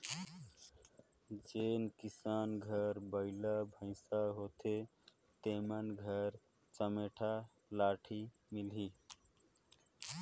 जेन किसान घर बइला भइसा होथे तेमन घर चमेटा लाठी मिलही